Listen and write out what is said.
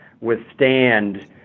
withstand